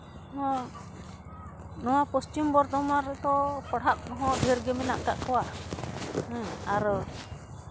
ᱦᱮᱸ ᱱᱚᱣᱟ ᱯᱚᱪᱷᱤᱢ ᱵᱚᱨᱫᱷᱚᱢᱟᱱ ᱨᱮᱫᱚ ᱯᱟᱲᱦᱟᱜ ᱠᱚᱦᱚᱸ ᱰᱷᱮᱨ ᱜᱮ ᱢᱮᱱᱟᱜ ᱠᱟᱜ ᱠᱚᱣᱟ ᱦᱮᱸ ᱟᱨᱚ